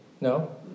No